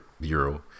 bureau